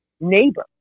neighbor